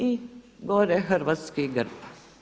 I gore hrvatski grb.